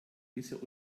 bisher